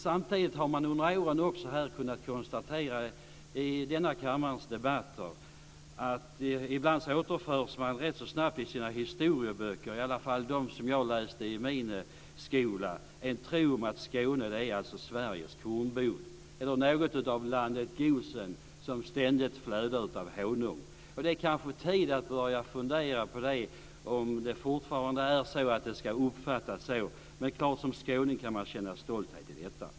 Samtidigt har man under åren i denna kammares debatter kunnat konstatera att man i sina historieböcker, i alla fall i de som jag läste i min skola, rätt så snabbt återförs till en tro om att Skåne är Sveriges kornbod eller något av landet Gosen som ständigt flödar av honung. Det är kanske tid att börja fundera på om det fortfarande ska uppfattas så. Men som skåning är det klart att man kan känna stolthet över detta.